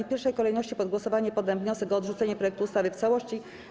W pierwszej kolejności pod głosowanie poddam wniosek o odrzucenie projektu ustawy w całości.